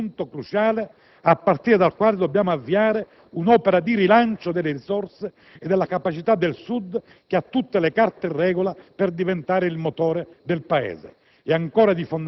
Questo è un punto cruciale a partire dal quale avviare un'opera di rilancio delle risorse e delle capacità del Sud, che ha tutte le carte in regola per diventare il motore del Paese.